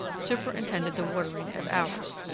superintended the watering of ours.